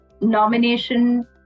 nomination